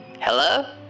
Hello